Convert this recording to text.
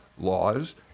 laws